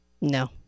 no